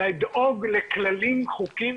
לדאוג לכללים, לחוקים